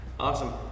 Awesome